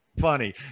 funny